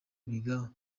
biga